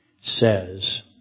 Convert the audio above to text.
says